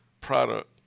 product